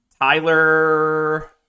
Tyler